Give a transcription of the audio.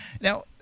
now